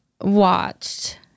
watched